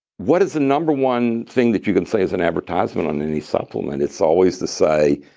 what is the number one thing that you can say as an advertisement on any supplement? it's always to say,